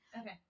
Okay